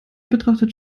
betrachtet